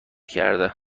کرده